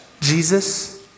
Jesus